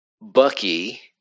Bucky